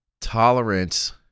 tolerance